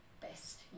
best